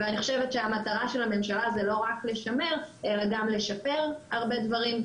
ואני חושבת שהמטרה של הממשלה זה לא רק לשמר אלא גם לשפר הרבה דברים,